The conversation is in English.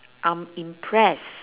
I'm impressed